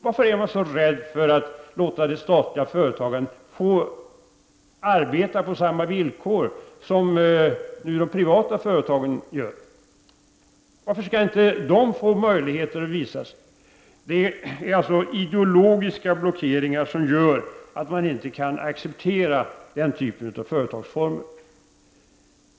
Varför är man så rädd för att låta det statliga företagandet få arbeta på samma villkor som de privata företagen gör? Varför skall inte statliga företag få möjligheter att visa sin styrka? Det är alltså ideologiska blockeringar som gör att de borgerliga inte kan acceptera den typen av företag.